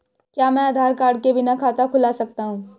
क्या मैं आधार कार्ड के बिना खाता खुला सकता हूं?